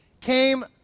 came